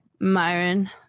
Myron